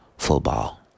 football